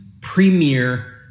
premier